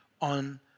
on